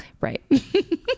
right